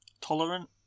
tolerant